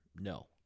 no